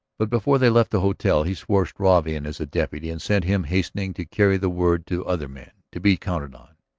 but before they left the hotel he swore struve in as a deputy and sent him hastening to carry the word to other men to be counted on.